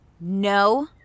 No